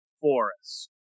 forest